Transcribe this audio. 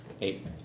Eight